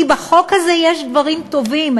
כי בחוק הזה יש דברים טובים,